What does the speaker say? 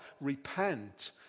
repent